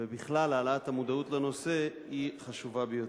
ובכלל העלאת המודעות לנושא, היא חשובה ביותר.